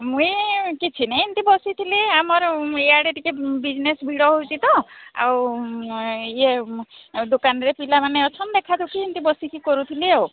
ମୁଁ ଏଁ କିଛିନାହିଁ ଏମତି ବସିଥିଲି ଆମର ଇଆଡ଼େ ଟିକେ ବିଜିନେଶ ଭିଡ଼ ହେଉଛି ତ ଆଉ ଇଏ ଆଉ ଦୋକାନରେ ପିଲାମାନେ ଅଛନ୍ତି ଦେଖା ଦେଖି ଏମତି ବସିକି କରୁଥିଲି ଆଉ